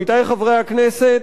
עמיתי חברי הכנסת,